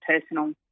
personal